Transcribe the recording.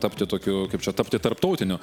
tapti tokių kaip čia tapti tarptautiniu